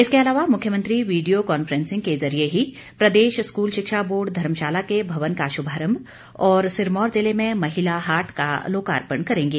इसके अलावा मुख्यमंत्री वीडियो काफ्रेसिंग के जरिए ही प्रदेश स्कूल शिक्षा बोर्ड धर्मशाला के भवन का शुभारंभ और सिरमौर जिले में महिला हाट का लोकार्पण करेगे